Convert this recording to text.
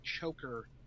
choker